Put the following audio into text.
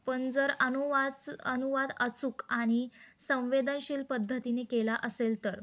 पण जर अनुवाच अनुवाद अचूक आणि संवेदनशील पद्धतीने केला असेल तर